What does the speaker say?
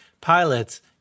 pilots